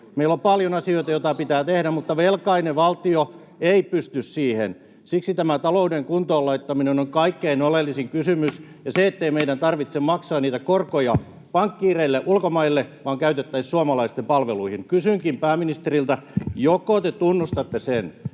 Meillä on paljon asioita, joita pitää tehdä, mutta velkainen valtio ei pysty siihen. Siksi tämä talouden kuntoon laittaminen on kaikkein oleellisin kysymys, ja se, ettei meidän tarvitse maksaa korkoja pankkiireille ulkomaille vaan että ne rahat käytettäisiin suomalaisten palveluihin. Kysynkin pääministeriltä: joko te tunnustatte,